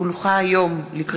כי הונחה היום על שולחן הכנסת,